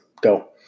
go